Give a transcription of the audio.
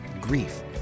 grief